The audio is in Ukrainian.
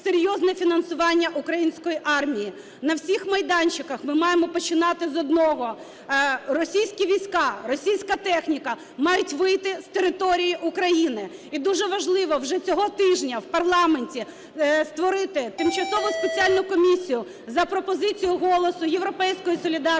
серйозне фінансування української армії, на всіх майданчиках ми маємо починати з одного: російські війська, російська техніка мають вийти з території України. І дуже важливо вже цього тижня в парламенті створити тимчасову спеціальну комісію за пропозицією "Голосу", "Європейської солідарності",